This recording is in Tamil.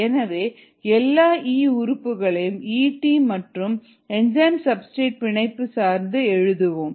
எனவே எல்லா E உறுப்புகளையும் Et மற்றும் என்சைம் சப்ஸ்டிரேட் பிணைப்பு சார்ந்து எழுதுவோம்